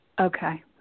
okay